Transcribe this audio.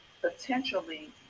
potentially